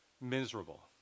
Miserable